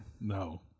No